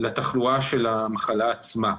לתחלואה של המחלה עצמה.